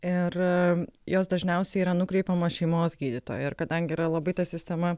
ir jos dažniausiai yra nukreipiamos šeimos gydytojo ir kadangi yra labai ta sistema